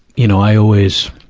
you know, i always,